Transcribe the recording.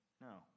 No